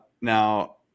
Now